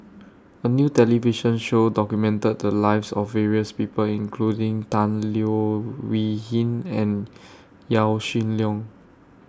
A New television Show documented The Lives of various People including Tan Leo Wee Hin and Yaw Shin Leong